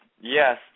yes